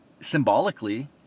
symbolically